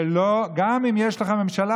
וגם אם יש לך ממשלה,